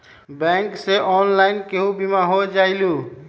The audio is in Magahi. बैंक से ऑनलाइन केहु बिमा हो जाईलु?